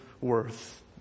worth